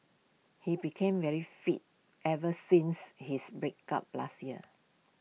he became very fit ever since his breakup last year